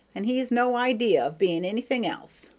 and he's no idea of being anything else.